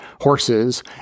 horses